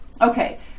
Okay